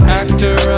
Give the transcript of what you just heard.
actor